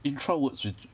intra word switch